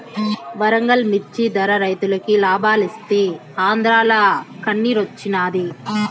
వరంగల్ మిచ్చి ధర రైతులకి లాబాలిస్తీ ఆంద్రాల కన్నిరోచ్చినాది